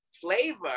flavor